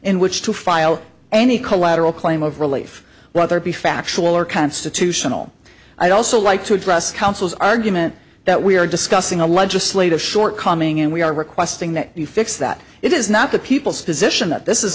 in which to file any collateral claim of relief whether it be factual or constitutional i'd also like to address counsel's argument that we are discussing a legislative shortcoming and we are requesting that you fix that it is not the people's position that this is